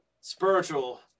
spiritual